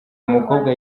umukobwa